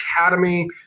Academy